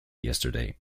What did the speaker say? yesterday